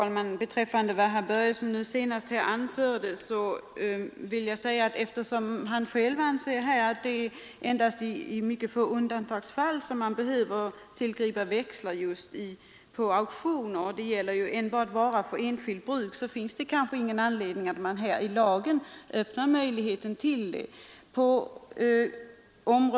Herr talman! Eftersom herr Börjesson i Falköping själv anser att det endast är i undantagsfall växlar behöver tillgripas som betalningsmedel på auktioner och eftersom det då gäller köp av vara som är avsedd enbart för enskilt bruk, finns det kanske ingen anledning att i lag öppna möjlighet för inköp på detta sätt.